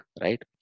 right